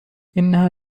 إنها